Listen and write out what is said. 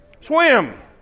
Swim